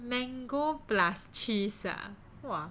mango plus cheese ah !wah!